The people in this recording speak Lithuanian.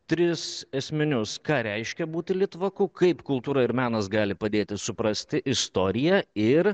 tris esminius ką reiškia būti litvaku kaip kultūra ir menas gali padėti suprasti istoriją ir